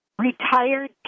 retired